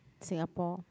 Singapore